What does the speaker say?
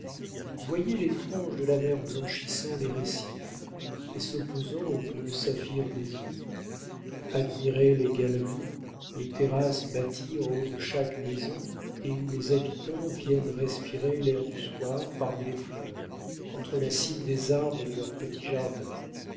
voyez les franges de la mer blanchissant les rescifs et s'opposant au bleu saphir des eaux admirez les galeries les terrasses bâties en haut de chaque maison et où les habitants viennent respirer l'air du soir parmi les fleurs entre la cime des arbres de leurs petits jardins